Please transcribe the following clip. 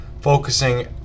focusing